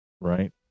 Right